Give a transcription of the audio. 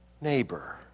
neighbor